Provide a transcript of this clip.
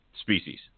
species